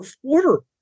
quarter